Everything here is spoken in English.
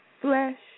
flesh